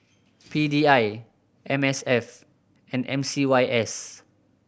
P D I M S F and M C Y S